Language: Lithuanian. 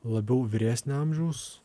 labiau vyresnio amžiaus